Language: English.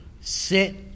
sit